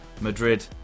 Madrid